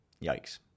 Yikes